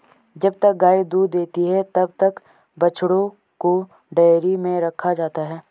जब तक गाय दूध देती है तब तक बछड़ों को डेयरी में रखा जाता है